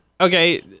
okay